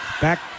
Back